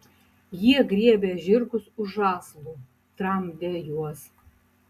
jie griebė žirgus už žąslų tramdė juos